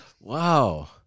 Wow